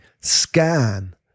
scan